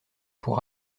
pour